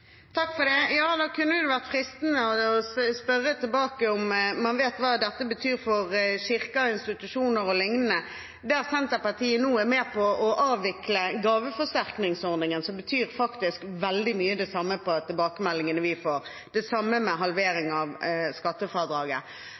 Det kunne vært fristende å spørre tilbake om man vet hva det betyr for kirker, institusjoner og lignende at Senterpartiet nå er med på å avvikle gaveforsterkningsordningen. Det betyr faktisk veldig mye det samme ifølge tilbakemeldingene vi får – det samme med halveringen av skattefradraget.